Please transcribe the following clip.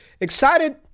excited